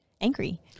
angry